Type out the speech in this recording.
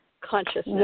consciousness